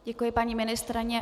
Děkuji, paní ministryně.